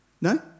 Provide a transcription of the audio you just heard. No